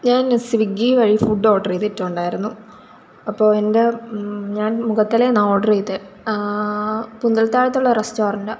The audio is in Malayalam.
ഞാൻ ഇന്ന് സ്വിഗ്ഗീ വഴി ഫുഡ് ഓർഡറ് ചെയ്തിട്ടുണ്ടായിരുന്നു അപ്പോൾ എൻ്റെ ഞാൻ മുഖത്തലയിൽ നിന്നാണ് ഓഡ്റർ ചെയ്തത് പുന്തലത്താഴത്തുള്ള റെസ്റ്റോറന്റാണ്